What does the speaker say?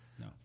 No